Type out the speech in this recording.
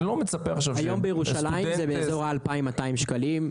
היום בירושלים זה באזור ה-2,200 שקלים,